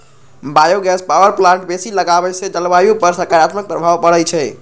bio gas power plant बेशी लगाबेसे जलवायु पर सकारात्मक प्रभाव पड़इ छै